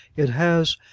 it has,